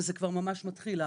זה כבר ממש מתחיל,